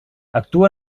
actua